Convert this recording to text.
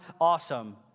awesome